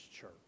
church